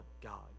God